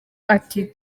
ati